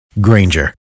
Granger